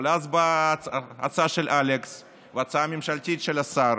אבל אז באה הצעה של אלכס והצעה ממשלתית של השר,